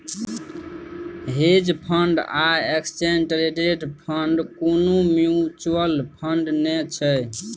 hedge fund आ exchange traded fund कुनु mutual fund नै छै